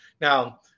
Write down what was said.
now